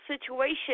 situation